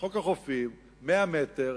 חוק החופים, 100 מטר.